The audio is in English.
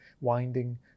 winding